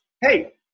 hey